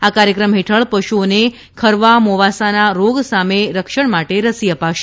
આ કાર્યક્રમ હેઠળ પશુઓને ખરવા મોંવાસાના રોગ સામે રક્ષણ માટે રસી અપાશે